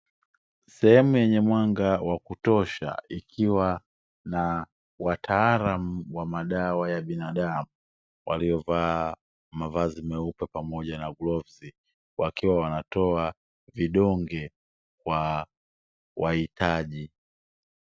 Sehemu yenye mwanga wa kutosha, ikiwa na wataalamu wa madawa ya binaadamu, waliovaa mavazi meupe pamoja na glavu wakiwa wanatoa vidonge kwa wahitaji.